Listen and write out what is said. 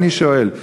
ואני שואל,